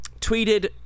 tweeted